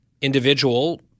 individual